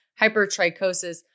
hypertrichosis